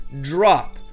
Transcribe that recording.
drop